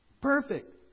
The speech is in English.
Perfect